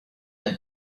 had